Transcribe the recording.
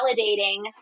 validating